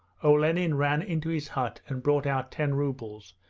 olenin ran into his hut and brought out ten rubles,